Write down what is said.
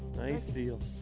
nice deal!